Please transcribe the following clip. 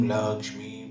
Lakshmi